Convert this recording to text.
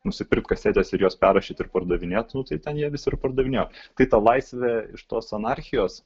nusipirkt kasetės ir jos perrašyt ir pardavinėt nu tai ten jie visi ir pardavinėjo kai tą laisvė iš tos anarchijos